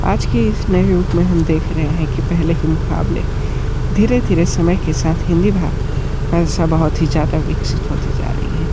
आज के इस नए युग में हम देख रहे हैं कि पहले के मुक़ाबले धीरे धीरे समय के साथ हिंदी भा षा बहुत ही ज़्यादा विकसित होते जा रही है